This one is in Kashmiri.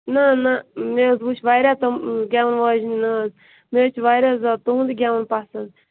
نہَ نہَ مےٚ حظ وُچھ واریاہ تُم گٮ۪ون واجنہِ نہَ حظ مےٚ حظ چھُ ورایاہ زیادٕ تُہُنٛدے گٮ۪وُن پسنٛد